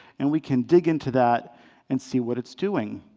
and we can dig into that and see what it's doing.